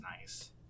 nice